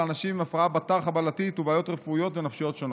על אנשים עם הפרעה בתר-חבלתית ובעיות רפואיות ונפשיות שונות.